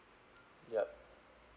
yup